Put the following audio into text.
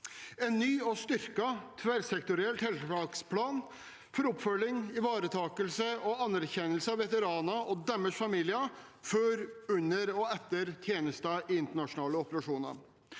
en ny og styrket tverrsektoriell tiltaksplan for oppfølging, ivaretakelse og anerkjennelse av veteraner og deres familier før, under og etter tjeneste i internasjonale operasjoner.